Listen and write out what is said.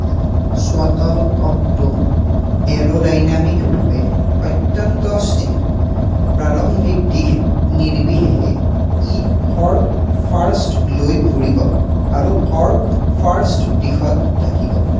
শ্বাট্লককটো এৰোডাইনামিকভাৱে অত্যন্ত স্থিৰ প্ৰাৰম্ভিক দিশ নিৰ্বিশেষে ই কৰ্ক ফাৰ্ষ্টলৈ ঘূৰিব আৰু কৰ্ক ফাৰ্ষ্ট দিশত থাকিব